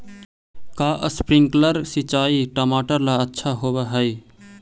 का स्प्रिंकलर सिंचाई टमाटर ला अच्छा होव हई?